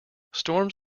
storms